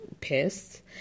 pissed